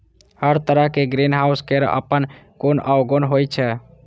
हर तरहक ग्रीनहाउस केर अपन गुण अवगुण होइ छै